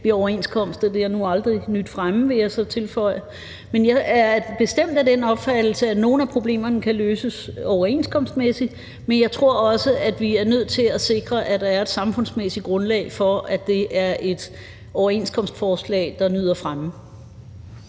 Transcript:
ved overenskomster. Det har nu aldrig nydt fremme, vil jeg så tilføje. Men jeg er bestemt af den opfattelse, at nogle af problemerne kan løses overenskomstmæssigt, men jeg tror også, at vi nødt til at sikre, at der er et samfundsmæssigt grundlag for, at det er et overenskomstforslag, der nyder fremme.